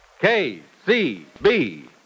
KCB